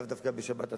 לאו דווקא בשבת עצמה.